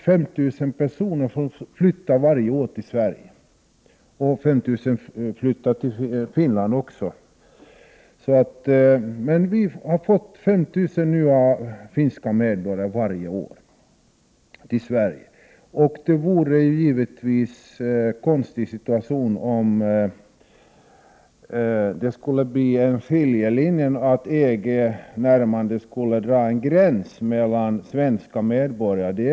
5 000 personer flyttar varje år till Sverige från Finland. 5 000 personer flyttar visserligen också till Finland. Vi får ändock 5 000 nya finska medborgare varje år i Sverige. Det skulle bli en konstig situation om ett närmande till EG skulle leda till en skiljelinje mellan svenska och finska medborgare.